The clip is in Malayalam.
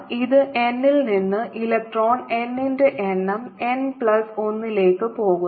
ഇത് n ൽ നിന്ന് ഇലക്ട്രോൺ n ന്റെ എണ്ണം n പ്ലസ് 1 ലേക്ക് പോകുന്നു